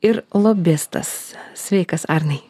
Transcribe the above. ir lobistas sveikas arnai